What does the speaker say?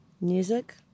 music